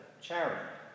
charity